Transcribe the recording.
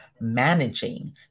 managing